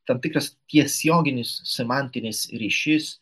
tam tikras tiesioginis semantinis ryšys